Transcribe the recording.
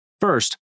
First